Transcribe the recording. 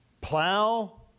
Plow